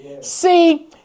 See